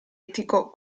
etico